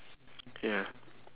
ya